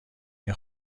این